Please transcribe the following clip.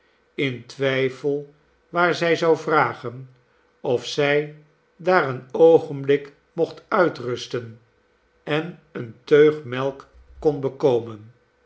in twijfel waar zij zou vragen of zij daar een oogenblik mocht uitrusten en eene teug melk kon bekomen